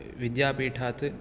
विद्यापीठात्